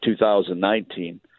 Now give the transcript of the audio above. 2019